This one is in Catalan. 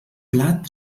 plat